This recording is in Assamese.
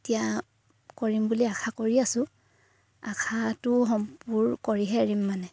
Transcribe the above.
এতিয়া কৰিম বুলি আশা কৰি আছোঁ আশাটো সম্পূৰ কৰিহে আহিম মানে